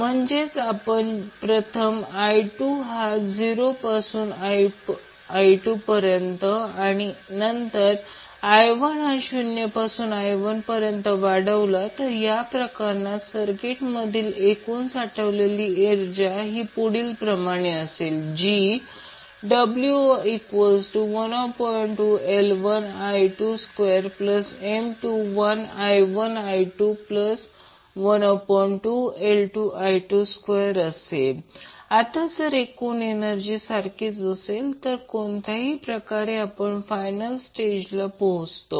म्हणजेच आपण प्रथम i2 हा 0 पासून I2 पर्यंत आणि नंतर i1 हा 0 पासून I1 पर्यंत वाढवला या प्रकरणात सर्किट मधील एकूण साठवलेली एनर्जी अशाप्रकारे w12L1I12M21I1I212L2I22 आता जर एकूण एनर्जी सारखीच असेल तर कोणत्याही प्रकारे आपण फायनल स्टेज ला पोहोचतो